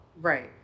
Right